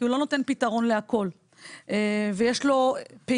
כי הוא לא נותן פתרון להכול ויש לו פעימות,